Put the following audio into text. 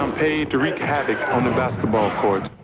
um paid to wreak havoc on the basketball court.